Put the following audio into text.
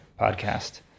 podcast